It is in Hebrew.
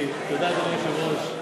תודה, אדוני היושב-ראש.